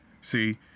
See